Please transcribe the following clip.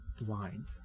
blind